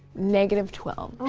negative twelve